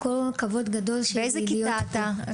באיזה כיתה אתה?